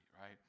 right